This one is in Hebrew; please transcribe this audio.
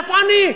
איפה אני?